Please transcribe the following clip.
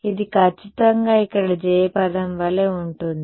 ఇది ఖచ్చితంగా ఇక్కడ J పదం వలె ఉంటుంది